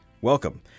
Welcome